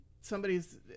somebody's